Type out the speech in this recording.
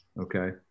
okay